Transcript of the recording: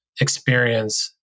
experience